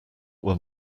were